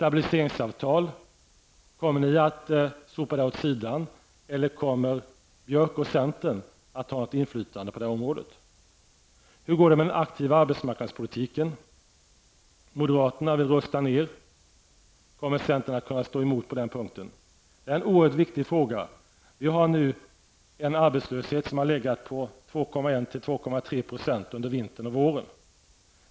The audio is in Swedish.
Kommer ni att sopa stabiliseringstalen åt sidan, eller kommer Björk och centern att ha ett inflytande på det området? Hur kommer det att gå med den aktiva arbetsmarknadspolitiken? Moderaterna vill rösta ned. Kommer centern att kunna stå emot på den punkten? Det är en oerhört viktig fråga. Vi har nu en arbetslöshet som har legat på 2,1--2,3 % under vintern och våren.